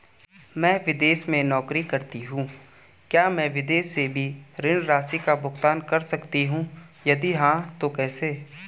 मैं विदेश में नौकरी करतीं हूँ क्या मैं विदेश से भी ऋण राशि का भुगतान कर सकती हूँ यदि हाँ तो कैसे?